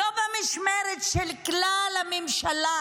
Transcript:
לא במשמרת של כלל הממשלה,